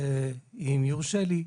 אם יורשה לי,